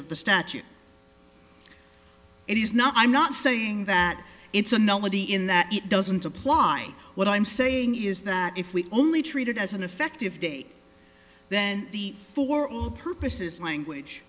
of the statue it is not i'm not saying that it's a nobody in that it doesn't apply what i'm saying is that if we only treated as an effective date then the for all purposes language